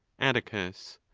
atticus.